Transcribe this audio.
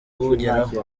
kugeraho